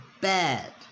bad